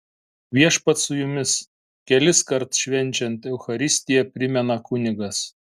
viešpats su jumis keliskart švenčiant eucharistiją primena kunigas